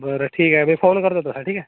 बरं ठीक आहे मी फोन करतो तसा ठीक आहे